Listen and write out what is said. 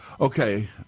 Okay